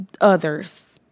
others